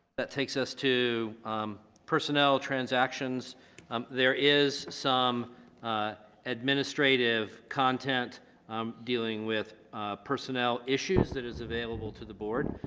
that takes us to personnel transactions um there is some administrative content dealing with personnel issues that is available to the board.